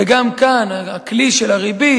וגם כאן הכלי של הריבית,